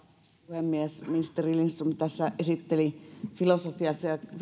puhemies ministeri lindström tässä esitteli filosofisia